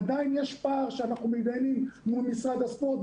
עדיין יש פה עניין שאנחנו מתדיינים עליו מול משרד הספורט,